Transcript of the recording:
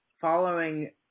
following